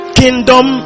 kingdom